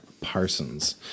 Parsons